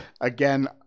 again